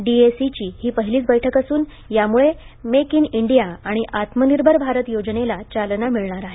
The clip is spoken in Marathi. डीएसीची ही पहिलीच बैठक असून यामुळे मेक इन इंडिया आणि आत्मनिर्भर भारत योजनेला चालना मिळणार आहे